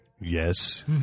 Yes